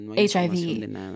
HIV